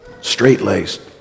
straight-laced